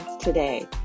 today